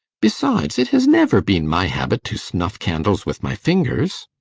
besides, it has never been my habit to snuff candles with my fingers.